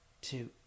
Two